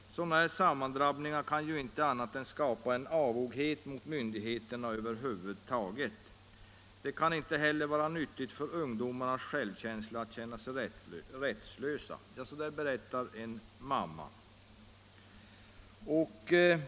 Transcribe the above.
Sådana här sammandrabbningar kan ju inte annat än skapa avoghet mot myndigheterna över huvud taget. Det kan inte heller vara nyttigt för ungdomarnas självkänsla att känna sig rättslösa. Ja, så där berättar en mamma.